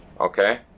Okay